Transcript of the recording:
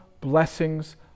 blessings